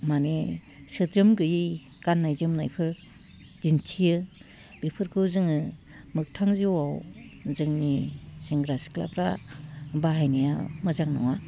माने सोद्रोम गैयै गान्नाय जोमनायफोर दिन्थियो बेफोरखो जोङो मोगथां जिवाव जोंनि सेंग्रा सिख्लाफ्रा बाहायनाया मोजां नङा